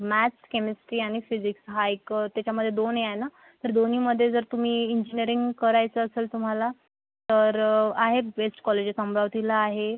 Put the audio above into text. maths chemistry आणि physics हा एक त्याच्यामध्ये दोन हे आहे ना तर दोन्हीमध्ये जर तुम्ही इंजिनियरिंग करायचं असेल तुम्हाला तर आहेत बेस्ट कॉलेजेस अमरावतीला आहे